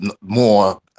more